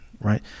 right